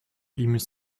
image